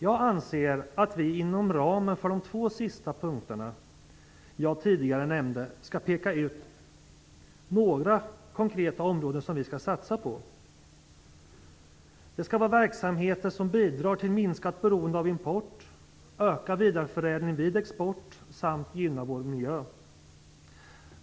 Jag anser att vi inom ramen för de två sista punkterna, som jag nämnde, skall peka ut några konkreta områden som vi skall satsa på. Det skall vara verksamheter som bidrar till minskat beroende av import, ökad vidareförädling vid export samt gynnar vår miljö.